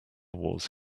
wars